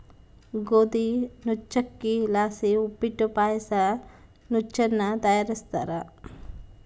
ಗೋದಿ ನುಚ್ಚಕ್ಕಿಲಾಸಿ ಉಪ್ಪಿಟ್ಟು ಪಾಯಸ ನುಚ್ಚನ್ನ ತಯಾರಿಸ್ತಾರ